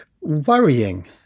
Worrying